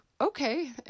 okay